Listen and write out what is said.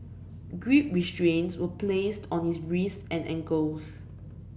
grip restraints were placed on his wrists and ankles